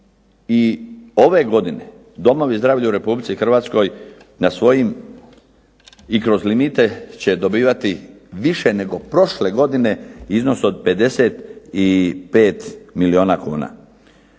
I ove godine domovi zdravlja u Republici Hrvatskoj na svojim i kroz limite će dobivati više nego prošle godine iznos od 55 milijuna kuna.